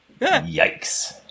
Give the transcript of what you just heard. yikes